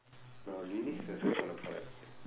நான்:naan lyricsae search பண்ண போறேன்:panna pooreen